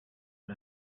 and